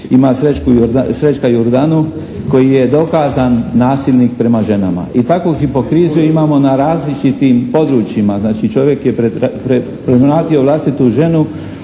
ima Srećka Jordanu koji je dokazan nasilnik prema ženama. I takvu hipokriziju imamo na različitim područjima. Znači, čovjek je premlatio vlastitu ženu